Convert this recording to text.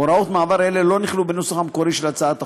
הוראות מעבר אלה לא נכללו בנוסח המקורי של הצעת החוק.